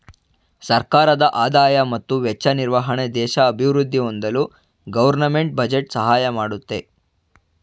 ಸರ್ಕಾರದ ಆದಾಯ ಮತ್ತು ವೆಚ್ಚ ನಿರ್ವಹಣೆ ದೇಶ ಅಭಿವೃದ್ಧಿ ಹೊಂದಲು ಗೌರ್ನಮೆಂಟ್ ಬಜೆಟ್ ಸಹಾಯ ಮಾಡುತ್ತೆ